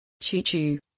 Choo-choo